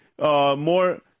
more